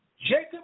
Jacob